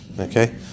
Okay